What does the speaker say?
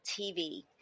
TV